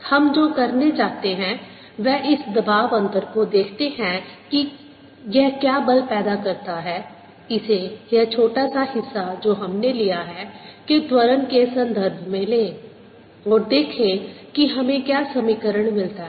हम जो करना चाहते हैं वह इस दबाव अंतर को देखते हैं कि यह क्या बल पैदा करता है इसे यह छोटा सा हिस्सा जो हमने लिया है के त्वरण के संदर्भ में लें और देखें कि हमें क्या समीकरण मिलता है